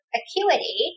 acuity